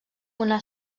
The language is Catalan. una